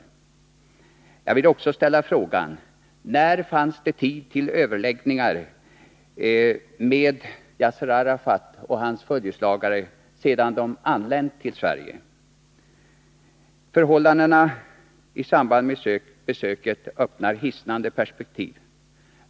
Jag vill också ställa frågan: När fanns det tid till överläggningar med Yasser Arafat och hans följeslagare sedan de anlänt till Sverige? Förhållandena i samband med besöket öppnar hissnande perspektiv.